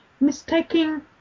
mistaking